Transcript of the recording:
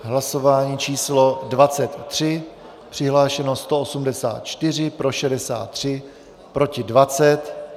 Hlasování číslo 23, přihlášeno 184, pro 63, proti 20.